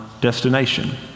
destination